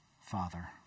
Father